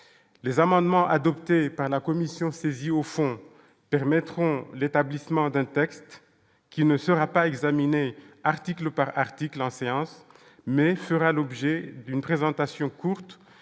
les amendements adoptés par la commission, saisie au fond permettront l'établissement d'un texte qui ne sera pas examiné article par article en séance mais sera l'objet d'une présentation courtes